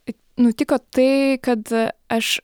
nutiko tai kad aš